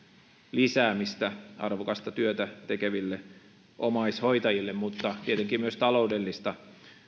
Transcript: lisäämistä arvokasta työtä tekeville omaishoitajille mutta tietenkin myös taloudellista